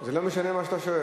זה לא משנה מה אתה שואל.